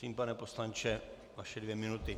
Prosím, pane poslanče, vaše dvě minuty.